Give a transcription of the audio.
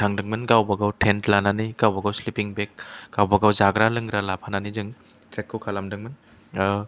थांदोंमोन गावबागाव टेन्ट लानानै गावबागाव स्लिपिं बेग गावबागाव जाग्रा लोंग्रा लाफानानै जों ट्रेक खौ खालामदोंमोन ओ